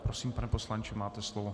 Prosím, pane poslanče, máte slovo.